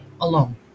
alone